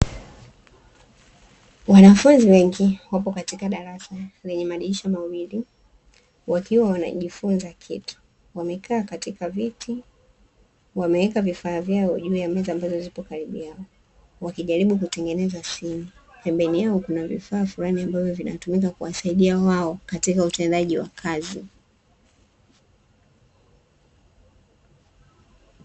Wanafunzi wengi wapo katika darasa lenye madirisha mawili wakiwa wanajifunza kitu, wamekaa katika viti wameweka vifaa vyao juu ya meza ambazo zipo karibu yao. Wakijaribu kutengeneza simu. Pembeni yao kuna vifaa fulani ambavyo vinatumika kuwasaidia wao katika utendaji wa kazi.